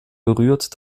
berührt